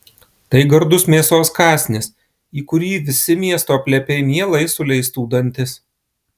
tai gardus mėsos kąsnis į kurį visi miesto plepiai mielai suleistų dantis